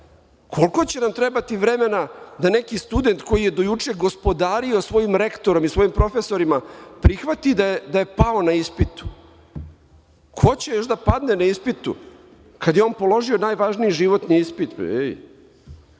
Koliko će nam trebati vremena da neki student koji je do juče gospodario svojim rektorom i svojim profesorima prihvati da je pao na ispitu? Ko će još da padne na ispitu kada je on položio najvažniji životni ispit? Znate,